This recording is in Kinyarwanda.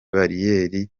bariyeri